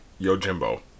yojimbo